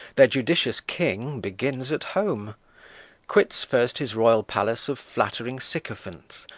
their judicious king begins at home quits first his royal palace of flattering sycophants,